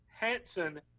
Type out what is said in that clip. Hanson